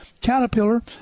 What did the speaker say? Caterpillar